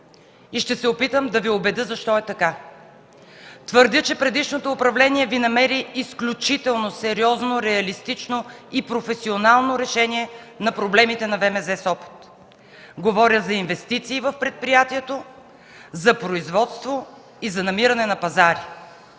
и ще се опитам да Ви убедя защо е така. Твърдя, че предишното управление Ви намери изключително сериозно, реалистично и професионално решение на проблемите на ВМЗ – Сопот. Говоря за инвестиции в предприятието, за производство и за намиране на пазари,